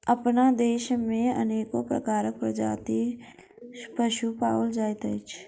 अपना देश मे अनेको प्रकारक प्रजातिक पशु पाओल जाइत अछि